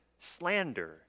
slander